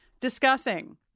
discussing